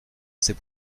c’est